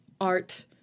art